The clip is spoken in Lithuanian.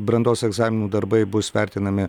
brandos egzaminų darbai bus vertinami